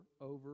over